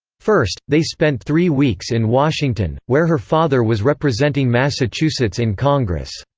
first, they spent three weeks in washington, where her father was representing massachusetts in congress.